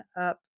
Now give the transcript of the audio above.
up